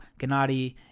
Gennady